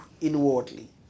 inwardly